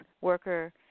Worker